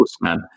man